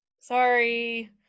Sorry